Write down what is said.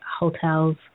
hotels